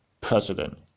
president